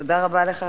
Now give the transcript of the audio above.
תודה רבה לך,